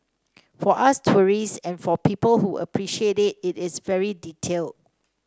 for us tourists and for people who appreciate it it is very detailed